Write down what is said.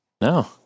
No